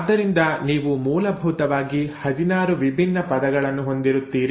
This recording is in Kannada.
ಆದ್ದರಿಂದ ನೀವು ಮೂಲಭೂತವಾಗಿ 16 ವಿಭಿನ್ನ ಪದಗಳನ್ನು ಹೊಂದಿರುತ್ತೀರಿ